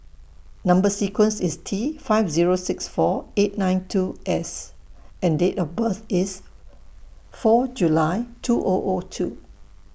Number sequence IS T five Zero six four eight nine two S and Date of birth IS four July two O O two